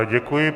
Děkuji.